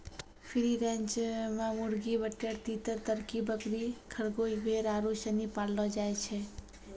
free range मे मुर्गी, बटेर, तीतर, तरकी, बकरी, खरगोस, भेड़ आरु सनी पाललो जाय छै